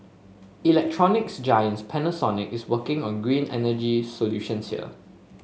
electronics giants Panasonic is working on green energy solutions here